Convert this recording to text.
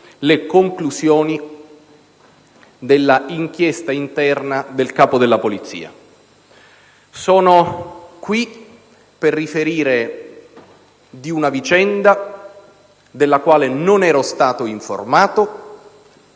le conclusioni dell'inchiesta interna del Capo della Polizia. Sono qui per riferire di una vicenda della quale non ero stato informato,